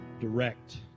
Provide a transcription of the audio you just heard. direct